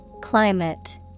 Climate